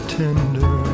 tender